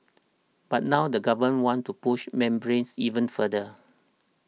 but now the Government wants to push membranes even further